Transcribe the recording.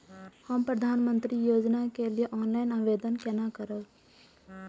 हम प्रधानमंत्री योजना के लिए ऑनलाइन आवेदन केना कर सकब?